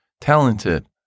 talented